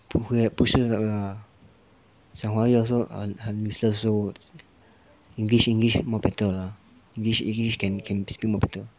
不会不是啦讲华语都是很多时候 english english more better lah english english can can speak more better